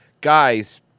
Guys